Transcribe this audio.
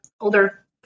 older